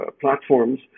platforms